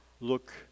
look